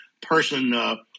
person